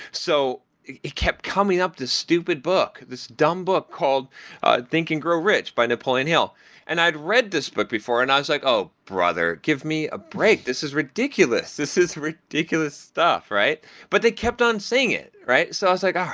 so it it kept coming up this stupid book, this dumb book called think and grow rich by napoleon hill and i'd read this book before and i was like, oh, brother! give me a break. this is ridiculous. this is ridiculous stuff, but they kept on saying it. i so was like, ah